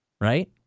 Right